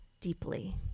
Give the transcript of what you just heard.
deeply